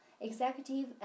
executive